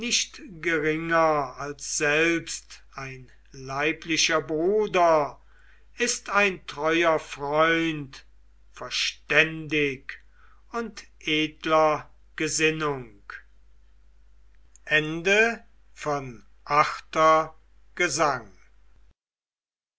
geringer als selbst ein leiblicher bruder ist ein treuer freund verständig und edler gesinnung ix gesang